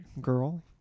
girl